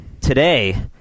today